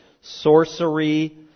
Sorcery